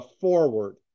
forward